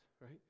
right